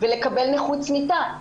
ולקבל נכות צמיתה.